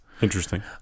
Interesting